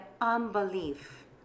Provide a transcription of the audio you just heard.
unbelief